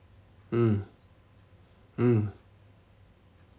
mm mm